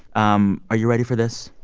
um are you ready for this?